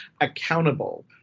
accountable